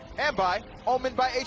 and by omen by